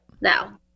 now